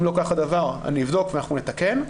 אם לא כך הדבר אני אבדוק ואנחנו נתקן.